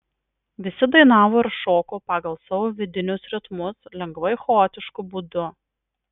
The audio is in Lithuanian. visi dainavo ir šoko pagal savo vidinius ritmus lengvai chaotišku būdu